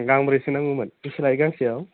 गांब्रैसो नांगौमोन बेसे लायो गांसेआव